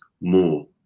more